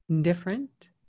different